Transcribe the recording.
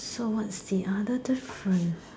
so what's the other difference